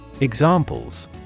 Examples